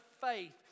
faith